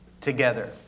together